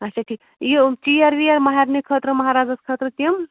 اچھا ٹھیٖک یہِ چِیَر وِیَر مَہرنہِ خٲطرٕ مہرازَس خٲطرٕ تِم